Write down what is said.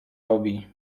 robi